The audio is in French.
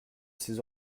ces